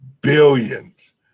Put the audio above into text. billions